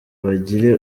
bagire